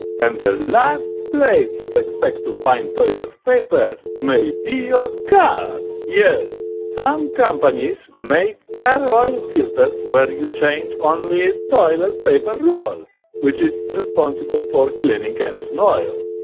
and the last place you'd expect to find toilet paper may be your car. yes, some companies make car oil filters where you change only ah toilet paper roll which is responsible for cleaning engine oil.